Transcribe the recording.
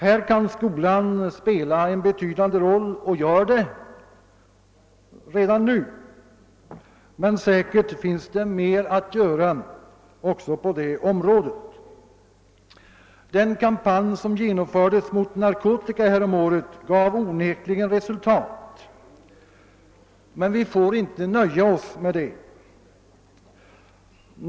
Härvidlag kan skolan spela en betydande roll och gör det redan nu, men säkerligen finns det mer att uträtta också på det området. Den kampanj som genomfördes mot narkotika häromåret gav onekligen resultat, men vi får inte nöja oss med det.